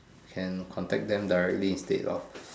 can contact them directly instead of